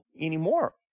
anymore